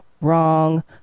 wrong